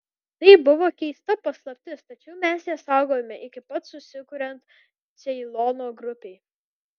tai buvo keista paslaptis tačiau mes ją saugojome iki pat susikuriant ceilono grupei